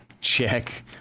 check